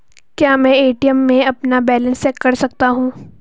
क्या मैं ए.टी.एम में अपना बैलेंस चेक कर सकता हूँ?